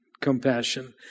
compassion